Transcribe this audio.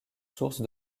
source